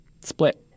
split